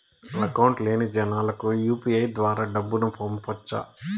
Account లేని జనాలకు UPI ద్వారా డబ్బును పంపొచ్చా?